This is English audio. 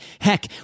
Heck